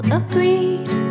agreed